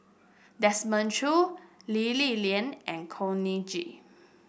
Desmond Choo Lee Li Lian and Khor Ean Ghee